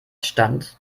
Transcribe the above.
stand